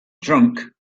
drunk